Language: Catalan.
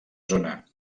zona